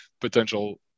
potential